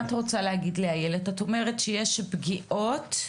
את אומרת שיש פגיעות,